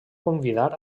convidar